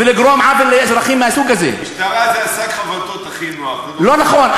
לא, אז זה לא נכון.